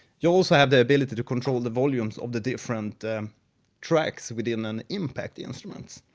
you also have the ability to control the volumes of the different tracks within an impact instrument.